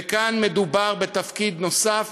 וכאן מדובר בתפקיד נוסף